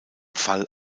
fall